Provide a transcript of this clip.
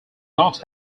not